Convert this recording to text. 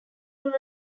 rural